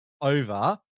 over